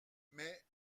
mais